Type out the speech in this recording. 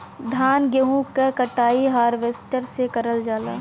धान गेहूं क कटाई हारवेस्टर से करल जाला